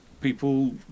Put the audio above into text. People